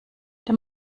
der